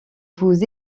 vous